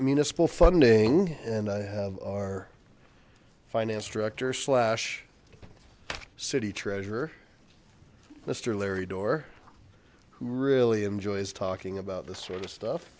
municipal funding and i have our finance director slash city treasurer mister larry door who really enjoys talking about this sort of stuff